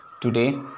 today